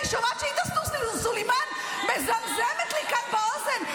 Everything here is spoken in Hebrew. אני שומעת שעאידה סלימאן מזמזת לי כאן באוזן.